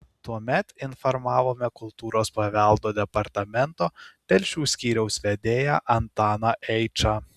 tuomet informavome kultūros paveldo departamento telšių skyriaus vedėją antaną eičą